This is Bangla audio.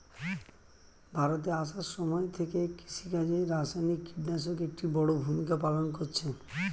ভারতে আসার সময় থেকে কৃষিকাজে রাসায়নিক কিটনাশক একটি বড়ো ভূমিকা পালন করেছে